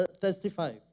testify